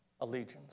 allegiance